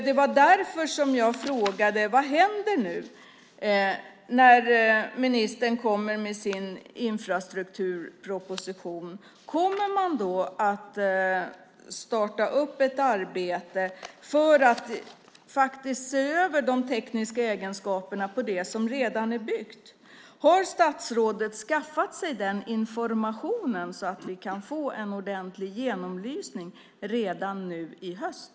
Det var därför jag frågade vad som händer nu när ministern kommer med sin infrastrukturproposition. Kommer man då att starta ett arbete för att se över de tekniska egenskaperna på det som redan är byggt? Har statsrådet skaffat sig den informationen, så att vi kan få en ordentlig genomlysning redan nu i höst?